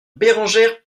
bérengère